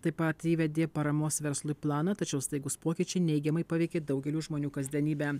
taip pat įvedė paramos verslui planą tačiau staigūs pokyčiai neigiamai paveikė daugelio žmonių kasdienybę